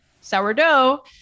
sourdough